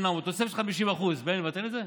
חבריי וחברותיי חברי הכנסת: 70,000 ישראלים,